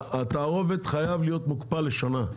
התערובת חייב להיות מוקפא לשנה.